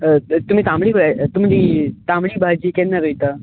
तुमी तांबडी तुमी तांबडी भाजी केन्ना रोयता